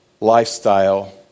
lifestyle